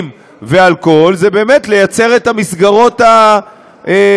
ואלכוהול זה באמת ליצור את המסגרות הטיפוליות,